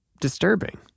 disturbing